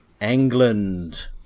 England